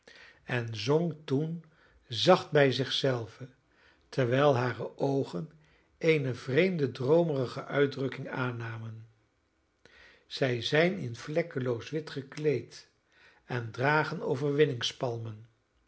en zong toen zacht bij zich zelve terwijl hare oogen eene vreemde droomerige uitdrukking aannamen zij zijn in vlekloos wit gekleed en dragen